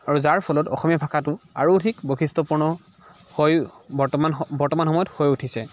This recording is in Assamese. আৰু যাৰ ফলত অসমীয়া ভাষাটো আৰু অধিক বৈশিষ্ট্য়পূৰ্ণ হৈ বৰ্তমান বৰ্তমান সময়ত হৈ উঠিছে